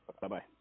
Bye-bye